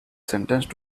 sentenced